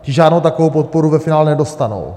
Ti žádnou takovou podporu ve finále nedostanou.